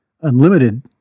unlimited